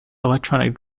electronic